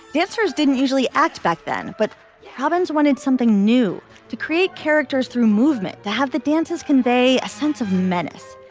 dancers didn't usually act back then, but hobbins wanted something new to create characters through movement that have the dancers convey a sense of menace.